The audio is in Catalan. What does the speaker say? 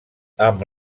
amb